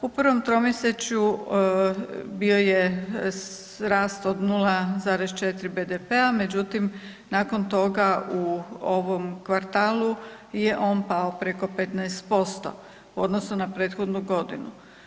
U prvom tromjesečju bio je rast od 0,4% BDP-a. međutim nakon toga u ovom kvartalu je on pao preko 15% u odnosu na prethodnu godinu.